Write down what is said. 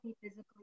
physically